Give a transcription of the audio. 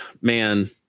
man